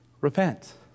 Repent